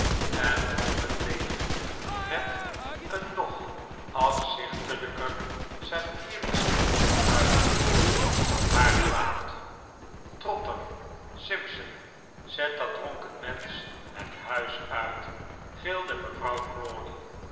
en dronk het leeg met een nog afzichtelijker satyrische uitdrukking op haar gelaat trotter simpson zet dat dronken mensch het huis uit gilde mevrouw